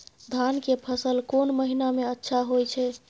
धान के फसल कोन महिना में अच्छा होय छै?